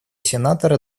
сенатора